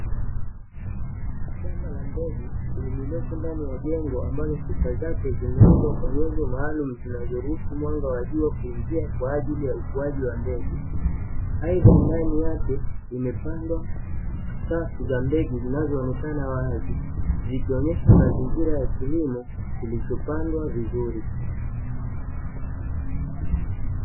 Shamba la mbegu, lililopo ndani ya jengo ambalo kuta zake zimeundwa kwa nyenzo maalumu zinazoruhusu mwanga wa jua kuingia kwa ajili ya ukuaji wa mbegu. Aidha ndani yake imepandwa safu za mbegu zinazoonekana wazi, zikionyesha mazingira ya kilimo kilichopandwa vizuri.